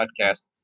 Podcast